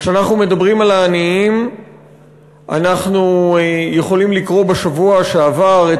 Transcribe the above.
כשאנחנו מדברים על העניים אנחנו יכולנו לקרוא בשבוע שעבר את